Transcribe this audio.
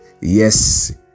Yes